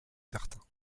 certain